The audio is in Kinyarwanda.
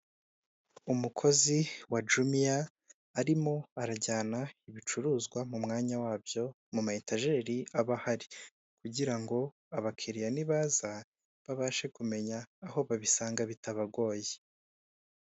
Umukozi wa jumiya arimo arajyana ibicuruzwa mu mwanya wabyo mu ma etajeri aba ahari, kugira ngo abakiriya nibaza babashe kumenya aho babisanga bitabagoye.